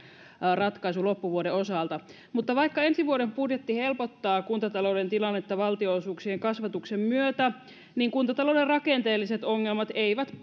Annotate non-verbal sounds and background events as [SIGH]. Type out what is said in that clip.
ratkaisu loppuvuoden osalta mutta vaikka ensi vuoden budjetti helpottaa kuntatalouden tilannetta valtionosuuksien kasvatuksen myötä niin kuntatalouden rakenteelliset ongelmat eivät [UNINTELLIGIBLE]